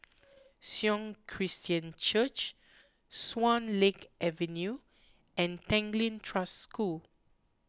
Sion Christian Church Swan Lake Avenue and Tanglin Trust School